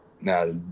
Now